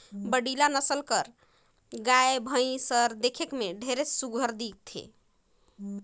बड़िहा नसल के गाय, भइसी हर देखे में ढेरे सुग्घर दिखथे